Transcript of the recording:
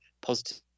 positive